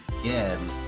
again